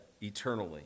eternally